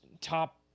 top